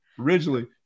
originally